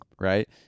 right